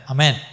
Amen